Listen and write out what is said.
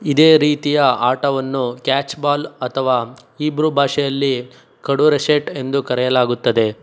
ಇದೇ ರೀತಿಯ ಆಟವನ್ನು ಕ್ಯಾಚ್ ಬಾಲ್ ಅಥವಾ ಇಬ್ರ್ ಭಾಷೆಯಲ್ಲಿ ಕಡುರಶೇಟ್ ಎಂದು ಕರೆಯಲಾಗುತ್ತದೆ